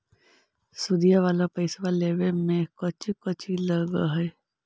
सुदिया वाला पैसबा लेबे में कोची कोची लगहय?